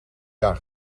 jaar